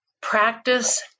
practice